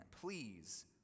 please